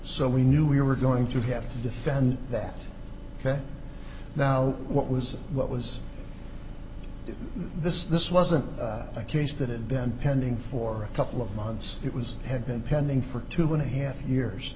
so we knew we were going to have to defend that ok now what was what was this this wasn't a case that had been pending for a couple of months it was had been pending for two and a half years